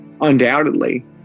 undoubtedly